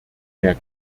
mehr